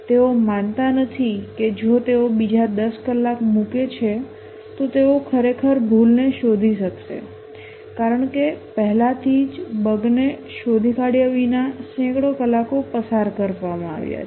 તેઓ માનતા નથી કે જો તેઓ બીજા 10 કલાક મૂકે છે તો તેઓ ખરેખર ભૂલને શોધી શકશે કારણ કે પહેલાથી જ બગને શોધી કાઢયા વિના સેંકડો કલાકો પસાર કરવામાં આવ્યા છે